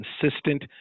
consistent